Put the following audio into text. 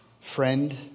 friend